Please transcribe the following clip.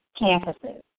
campuses